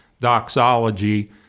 doxology